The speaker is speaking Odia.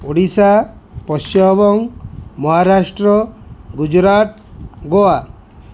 ଓଡ଼ିଶା ପଶ୍ଚିମବଙ୍ଗ ମହାରାଷ୍ଟ୍ର ଗୁଜୁରାଟ ଗୋଆ